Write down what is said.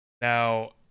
Now